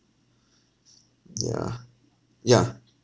yeah yeah